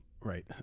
Right